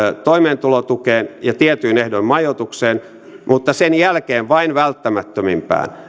toimeentulotukeen ja tietyin ehdoin majoitukseen mutta sen jälkeen vain välttämättömimpään